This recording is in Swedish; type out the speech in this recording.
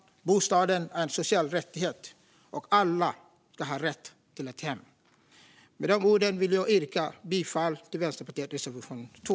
Bostaden är en social rättighet, och alla ska ha rätt till ett hem. Med dessa ord yrkar jag bifall till Vänsterpartiets reservation 2.